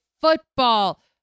football